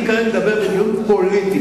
כרגע אני מדבר בדיון פוליטי.